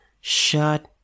Shut